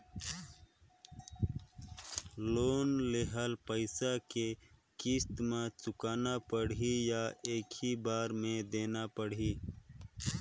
Loan लेहल पइसा के किस्त म चुकाना पढ़ही या एक ही बार देना पढ़ही?